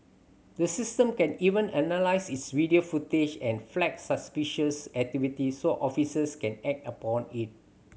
the system can even analyse its video footage and flag suspicious activity so officers can act upon it